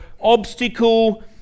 obstacle